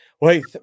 wait